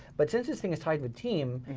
but since this thing is tied with team,